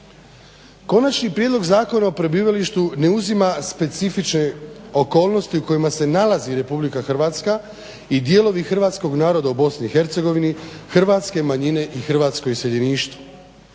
Konačni prijedlog zakona o prebivalištu ne uzima specifične okolnosti u kojima se nalazi Republika Hrvatska i dijelovi hrvatskog naroda u BiH, hrvatske manjine i hrvatsko iseljeništvo.